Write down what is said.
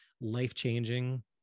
life-changing